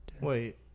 Wait